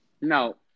No